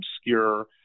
obscure